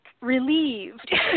relieved